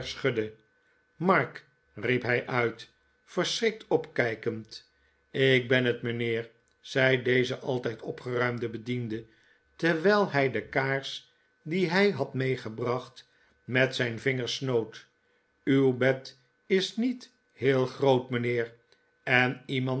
mark riep hij uit verschrikt opkijkend ik ben het mijnheer zei deze altijd opgeruimde bediende terwijl hij de kaars die hij had meegebracht met zijn vingers snoot uw bed is niet heel groot mijnheer en